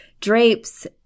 Drapes